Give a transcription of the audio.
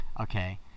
Okay